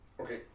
Okay